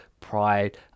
pride